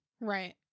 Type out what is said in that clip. Right